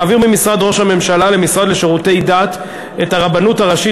להעביר ממשרד ראש הממשלה למשרד לשירותי דת את הרבנות הראשית